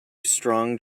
strong